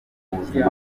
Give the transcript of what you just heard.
ubuzima